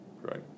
right